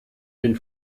den